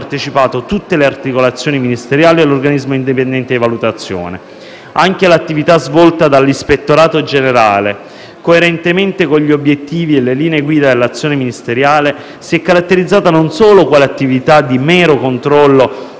tutte le articolazioni ministeriali e l'organismo indipendente di valutazione. Anche l'attività svolta dall'ispettorato generale, coerentemente con gli obiettivi e le linee guida dell'azione ministeriale, si è caratterizzata non solo quale attività di mero controllo